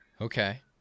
okay